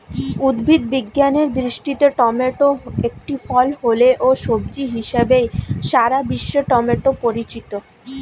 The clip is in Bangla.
উদ্ভিদ বিজ্ঞানের দৃষ্টিতে টমেটো একটি ফল হলেও, সবজি হিসেবেই সারা বিশ্বে টমেটো পরিচিত